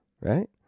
right